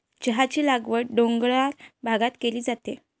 चहाची लागवड डोंगराळ भागात केली जाते